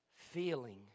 feeling